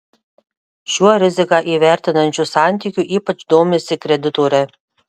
šiuo riziką įvertinančiu santykiu ypač domisi kreditoriai